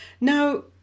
Now